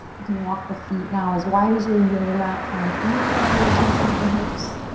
you can walk the feet now as wide as your yoga mat. find internal rotation of the hips.